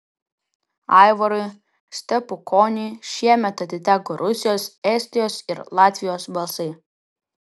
aivarui stepukoniui šiemet atiteko rusijos estijos ir latvijos balsai